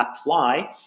apply